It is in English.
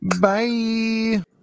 Bye